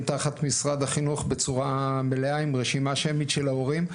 תחת משרד החינוך בצורה מלאה עם רשימה שמית של ההורים.